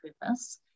purpose